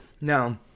No